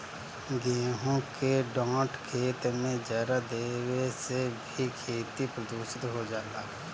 गेंहू के डाँठ खेत में जरा देवे से भी खेती प्रदूषित हो जाला